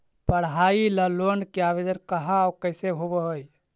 पढाई ल लोन के आवेदन कहा औ कैसे होब है?